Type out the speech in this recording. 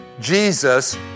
Jesus